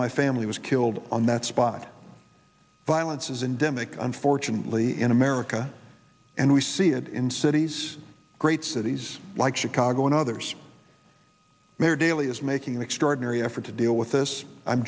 my family was killed on that spot violence is in demick unfortunately in america and we see it in cities great cities like chicago and others mayor daley is making an extraordinary effort to deal with this i'm